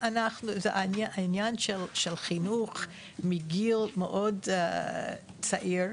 זה עניין של חינוך מגיל מאוד צעיר,